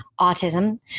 autism